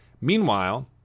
Meanwhile